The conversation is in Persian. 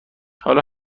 حالا